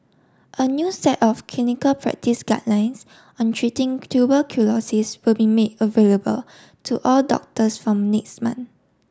a new set of clinical practice guidelines on treating tuberculosis will be made available to all doctors from next month